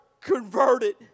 converted